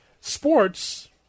Sports